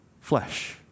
flesh